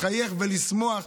לחייך ולשמוח,